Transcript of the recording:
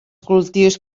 cultius